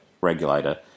regulator